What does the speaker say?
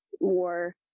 more